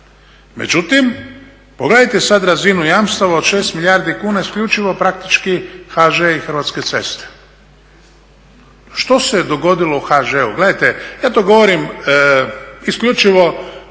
Međutim, pogledajte sad razinu jamstava od 6 milijardi kuna isključivo praktički HŽ i Hrvatske cesta. Što se je dogodilo u HŽ-u? Gledajte, ja to govorim isključivo